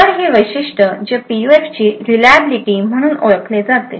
तर हे वैशिष्ट जे पीयूएफची रीलाबलीटी म्हणून ओळखले जाते